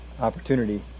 opportunity